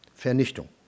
Vernichtung